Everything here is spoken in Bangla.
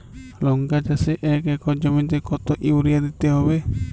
লংকা চাষে এক একর জমিতে কতো ইউরিয়া দিতে হবে?